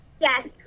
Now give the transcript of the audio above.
Yes